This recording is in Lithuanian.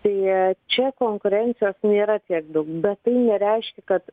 tai čia konkurencijos nėra tiek daug bet tai nereiškia kad